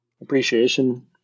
appreciation